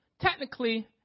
technically